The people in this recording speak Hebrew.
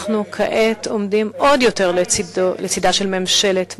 אנחנו כעת עומדים עוד יותר לצדה של ממשלת מצרים,